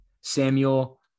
Samuel